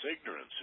ignorance